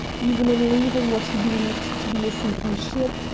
even on leaving what he believed to be a sinking ship,